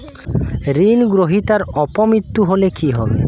ঋণ গ্রহীতার অপ মৃত্যু হলে কি হবে?